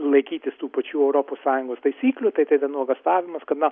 laikytis tų pačių europos sąjungos taisyklių tai tai nuogąstavimas kad na